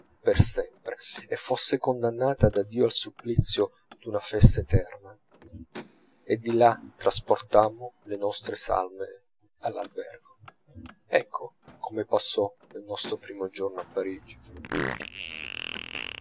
per sempre e fosse condannata da dio al supplizio d'una festa eterna e di là trasportammo le nostre salme all'albergo ecco come passò il nostro primo giorno a parigi